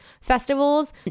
festivals